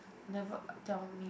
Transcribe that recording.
never tell me